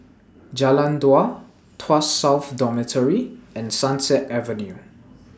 Jalan Dua Tuas South Dormitory and Sunset Avenue